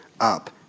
up